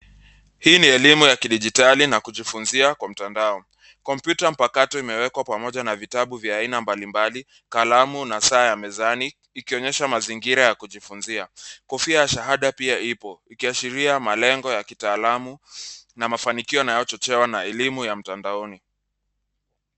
Hii ni elimu ya kidijitali na kujifuzia kwa mtandao. Kompyuta mpakato imewekwa pamoja na vitabu vya aina mbalimbali, kalamu na saa ya mezani ikionyesha mazingira ya kujifunzia. Kofia ya shahada pia ipo ikiashiria malengo ya kitaalamu na mafanikio yanayochochewa na elimu ya mtandaoni.